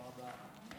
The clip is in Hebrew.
תודה רבה.